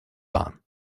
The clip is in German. waren